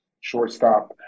shortstop